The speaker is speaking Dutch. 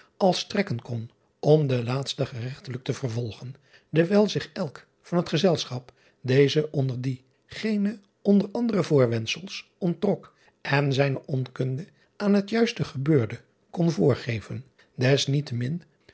als strekken kon om den laatsten regterlijk te vervolgen dewijl zich elk van het gezelschap deze onder die gene onder andere voorwendsels onttrok en zijne onkunde aan het juiste gebeurde kon voorgeven desniettemin